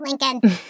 Lincoln